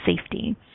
safety